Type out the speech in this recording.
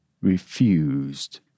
refused